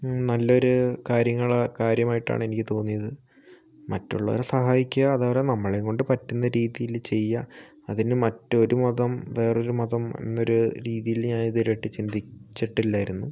നല്ലൊരു കാര്യങ്ങള് കാര്യമായിട്ടാണ് എനിക്ക് തോന്നിയത് മറ്റുള്ളവരെ സഹായിക്കുക അതുപോലെ നമ്മളെകൊണ്ട് പറ്റുന്ന രീതിയില് ചെയ്യുക അതിന് മറ്റൊരു മതം വേറൊരു മതം എന്നൊരു രീതിയില് ഞാനിതുവരെയായിട്ട് ചിന്തിച്ചിട്ടില്ലായിരുന്നു